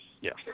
Yes